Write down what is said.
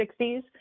1960s